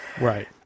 Right